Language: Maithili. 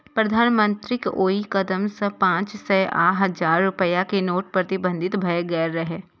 प्रधानमंत्रीक ओइ कदम सं पांच सय आ हजार रुपैया के नोट प्रतिबंधित भए गेल रहै